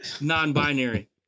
non-binary